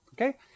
Okay